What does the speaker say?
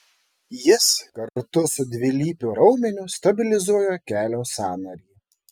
jis kartu su dvilypiu raumeniu stabilizuoja kelio sąnarį